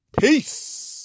Peace